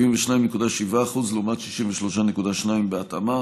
72.7% לעומת 63.2% בהתאמה.